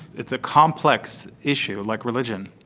it's a complex issue, like religion.